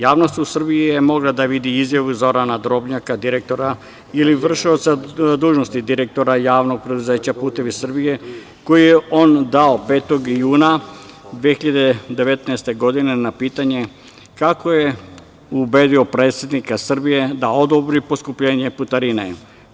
Javnost u Srbiji je mogla da vidi izjavu Zorana Drobnjaka, direktora ili v.d. direktora JP „Putevi Srbije“, koju je dao 5. juna 2019. godine na pitanje – kako je ubedio predsednika Srbije da odobri poskupljenje putarine?